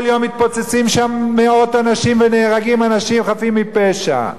וכל יום מתפוצצים שם מאות אנשים ונהרגים אנשים חפים מפשע.